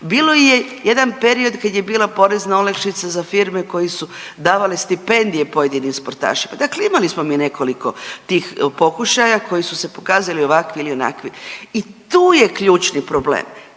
Bilo je jedan period kad je bila porezna olakšica za firme koje su davale stipendije pojedinim sportašima, dakle imali smo mi nekoliko tih pokušaja koji su se pokazali ovakvi ili onakvi i tu je ključni problem,